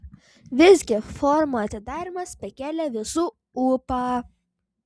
visgi forumo atidarymas pakėlė visų ūpą